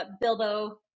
Bilbo